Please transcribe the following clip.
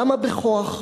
למה בכוח?